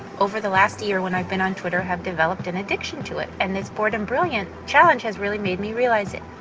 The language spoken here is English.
over the last year when i've been on twitter, have developed an addiction to it, and this bored and brilliant challenge has really made me realize it.